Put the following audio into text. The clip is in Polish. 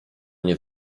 nie